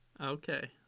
Okay